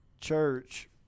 church